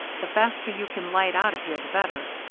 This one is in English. the faster you can light out of here the better.